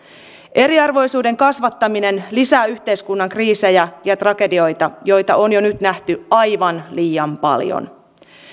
eriarvoisuuden kasvattaminen lisää yhteiskunnan kriisejä ja ja tragedioita joita on jo nyt nähty aivan liian paljon